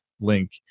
link